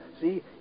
See